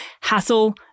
hassle